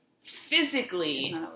physically